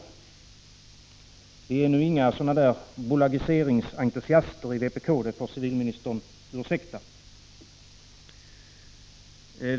Vi i vpk är inga ”bolagiseringsentusiaster” — det får civilministern ursäkta.